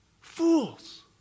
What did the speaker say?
Fools